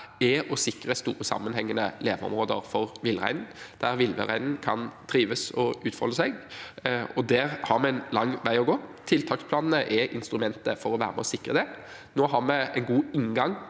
er å sikre store sammenhengende leveområder for villreinen, der villreinen kan trives og utfolde seg, og der har vi en lang vei å gå. Tiltaksplanene er instrumentet for å være med og sikre det. Nå har vi en god inngang